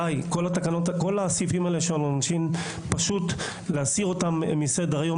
אחראי שלא בדק פעמיים ביום,